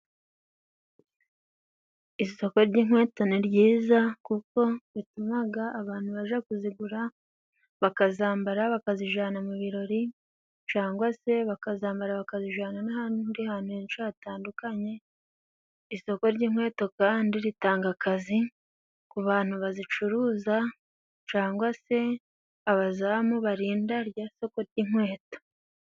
Isoko ry'inkweto ni ryiza kuko ritumaga abantu baja kuzigura bakazambara bakazijana mu birori cangwa se bakazambara bakazijana n'ahandi hantu henshi hatandukanye isoko ry'inkweto kandi ritanga akazi ku bantu bazicuruza cangwa se abazamu barinda rya sako ry'inkweto.